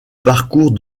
parcours